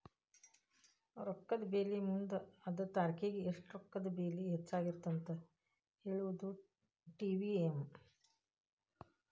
ರೊಕ್ಕದ ಬೆಲಿ ಮುಂದ ಅದ ತಾರಿಖಿಗಿ ಎಷ್ಟ ರೊಕ್ಕದ ಬೆಲಿ ಹೆಚ್ಚಾಗಿರತ್ತಂತ ಹೇಳುದಾ ಟಿ.ವಿ.ಎಂ